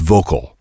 Vocal